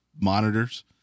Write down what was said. monitors